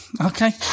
Okay